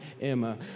Emma